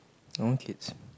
I want kids